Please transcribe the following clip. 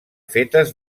fetes